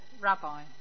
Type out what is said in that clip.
Rabbi